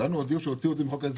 מחוק ההסדרים.